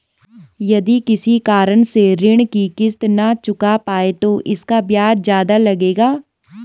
यदि किसी कारण से ऋण की किश्त न चुका पाये तो इसका ब्याज ज़्यादा लगेगा?